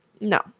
No